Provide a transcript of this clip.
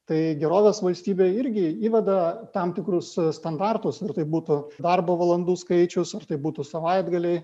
tai gerovės valstybė irgi įveda tam tikrus standartus ar tai būtų darbo valandų skaičiaus ar tai būtų savaitgaliai